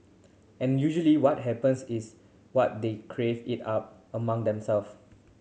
and usually what happens is what they crave it up among themselves